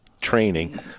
training